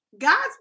God's